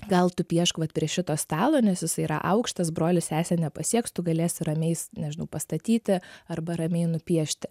gal tu piešk vat prie šito stalo nes jisai yra aukštas brolis sesė nepasieks tu galėsi ramiais nežinau pastatyti arba ramiai nupiešti